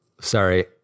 Sorry